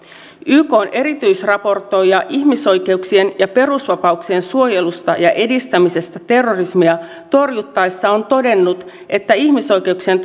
ykn erityisraportoija ihmisoikeuksien ja perusvapauksien suojelusta ja edistämisestä terrorismia torjuttaessa on todennut että ihmisoikeuksien